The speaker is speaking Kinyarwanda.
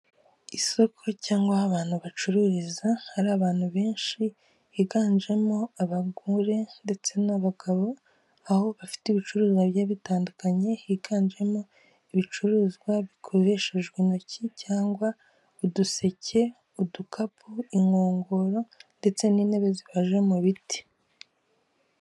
Isoko cyangwa aho abantu bacururiza, hari abantu benshi higanjemo abagore ndetse n'abagabo, aho bafite ibicuruzwa bigiye bitandukanye, higanjemo ibicuruzwa bikoreshejwe intoki cyangwa uduseke, udukapu, inkongoro, ndetse n'intebe zibaje mu biti.